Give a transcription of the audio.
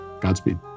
Godspeed